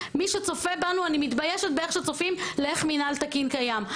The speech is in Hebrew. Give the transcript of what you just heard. אני מתביישת באיך צופים בנו כעת איך מינהל תקין קיים.